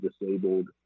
disabled